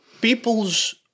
people's